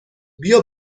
بیا